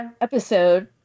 episode